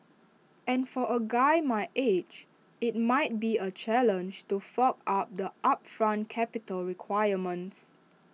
and for A guy my age IT might be A challenge to fork out the upfront capital requirements